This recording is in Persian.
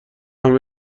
همه